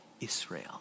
Israel